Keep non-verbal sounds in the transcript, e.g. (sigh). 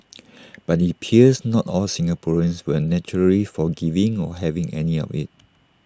(noise) but IT appears not all Singaporeans were naturally forgiving or having any of IT